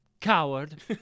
Coward